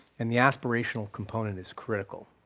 and the aspirational component is critical.